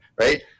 right